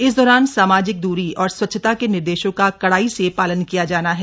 इस दौरान सामाजिक दूरी और स्वच्छता के निर्देशों का कड़ाई से पालन किया जाना है